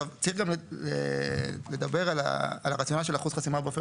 צריך לדבר על הרציונל של אחוז החסימה באופן